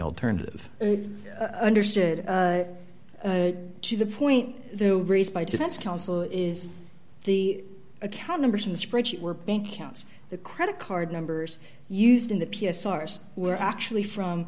alternative understood to the point they're raised by defense counsel is the account numbers in the spreadsheet were bank accounts the credit card numbers used in the p s ours were actually from